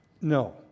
No